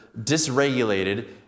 dysregulated